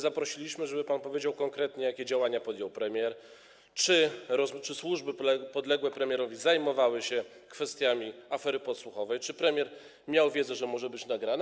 Zaprosiliśmy pana, żeby pan konkretnie powiedział, jakie działania podjął premier, czy służby podległe premierowi zajmowały się kwestiami afery podsłuchowej, czy premier miał wiedzę, że może być nagrany.